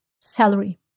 salary